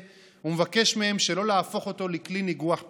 ומבקש מהם שלא להפוך אותו לכלי ניגוח פוליטי.